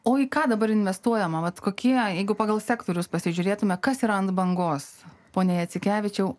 o į ką dabar investuojama vat kokie jeigu pagal sektorius pasižiūrėtumėme kas yra ant bangos pone jacikevičiaus